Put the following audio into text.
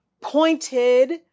pointed